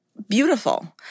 Beautiful